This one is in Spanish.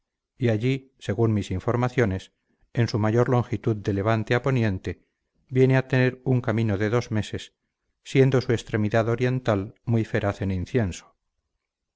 y allí según mis informaciones en su mayor longitud de levante a poniente viene a tener un camino de dos meses siendo su extremidad oriental muy feraz en incienso